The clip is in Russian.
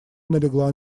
налегла